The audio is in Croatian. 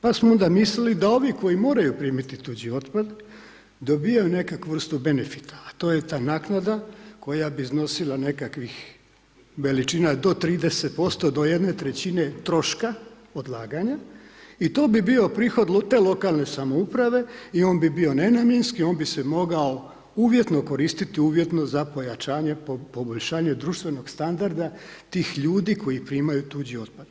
Pa smo onda mislili da ovi koji moraju primiti tuđi otpad dobivaju neku vrstu benefita, a to je ta naknada koja bi iznosila nekakvih, veličina do 30% do 1/3 troška odlaganja i to bi bio prihod te lokalne samouprave i on bi bio nenamjenski, on bi se mogao uvjetno koristiti, uvjetno za pojačanje, poboljšanje društvenog standarda tih ljudi koji primaju tuđi otpad.